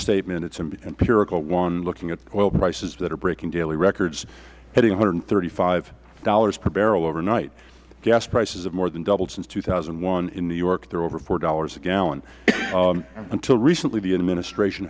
statement it is an empirical one looking at oil prices that are breaking daily records hitting one hundred and thirty five dollars per barrel overnight gas prices have more than doubled since two thousand and one in new york they are over four dollars a gallon until recently the administration